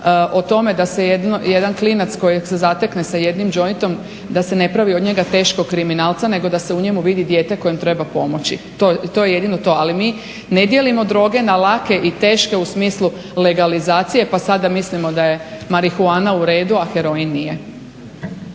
o tome da se jedan klinac kojeg se zatekne s jedinim jointom da se ne pravi od njega teškog kriminalca, nego da se u njemu vidi dijete kome treba pomoći. To je jedino to, ali mi ne dijelimo droge na lake i teške u smislu legalizacije, pa sad da mislimo da je marihuana u redu, a heroin nije.